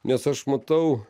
nes aš matau